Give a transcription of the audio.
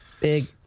big